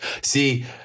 See